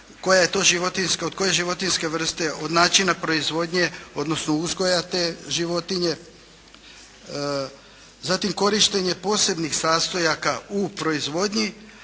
da li ta životinjska vrsta, od koje je to životinjske vrste, od načina proizvodnje, odnosno uzgoja te životinje. Zatim korištenje posebnih sastojaka u proizvodnji,